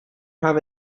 have